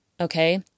okay